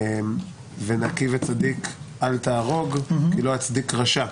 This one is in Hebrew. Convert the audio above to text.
"ונקי וצדיק אל תהרוג כי לא יצדיק רשע".